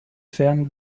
fairen